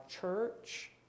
church